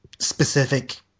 specific